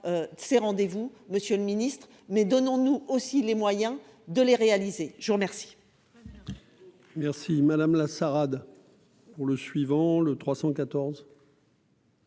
ces rendez-vous Monsieur le Ministre, mais donnons-nous aussi les moyens de les réaliser, je vous remercie.